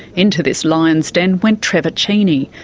into this lion's den went trevor cheney.